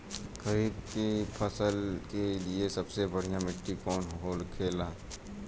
खरीफ की फसल के लिए सबसे बढ़ियां मिट्टी कवन होखेला?